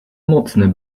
mocne